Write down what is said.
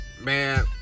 man